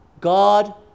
God